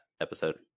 episode